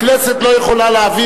הכנסת לא יכולה להעביר,